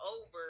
over